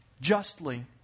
justly